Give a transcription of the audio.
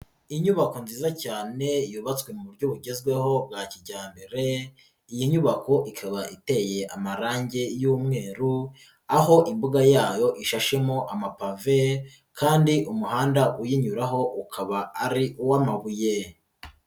Inyubako nziza cyane yubatswe mu buryo bugezweho bwa kijyambere, iyi nyubako ikaba iteye amarange y'umweru aho imbuga yayo ishashemo amapave kandi umuhanda uyinyuraho ukaba ari uw'amabuye.